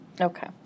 Okay